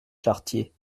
chartier